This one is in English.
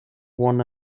won